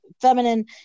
feminine